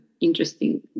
interesting